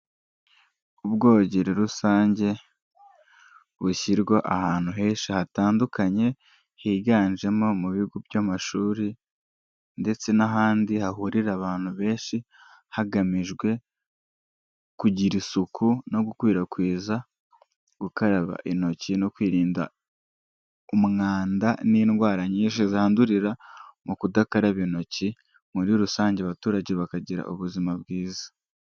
Ubwogero rusange, bushyirwa ahantu henshi hatandukanye, higanjemo mu bigo by'amashuri ndetse n'ahandi hahurira abantu benshi, hagamijwe kugira isuku no gukwirakwiza gukaraba intoki, no kwirinda umwanda n'indwara nyinshi zandurira mu kudakaraba intoki, muri rusange abaturage bakagira ubuzima bwiza.